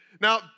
Now